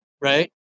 right